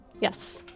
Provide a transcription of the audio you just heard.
Yes